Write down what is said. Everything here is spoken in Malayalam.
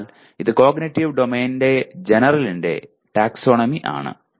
അതിനാൽ ഇത് കോഗ്നിറ്റീവ് ഡൊമെയ്ൻ ജനറലിന്റെ ടാക്സോണമി ആണ്